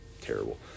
terrible